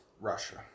Russia